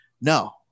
no